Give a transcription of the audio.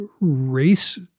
race